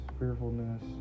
fearfulness